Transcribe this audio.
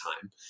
time